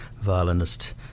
violinist